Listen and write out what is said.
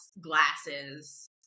glasses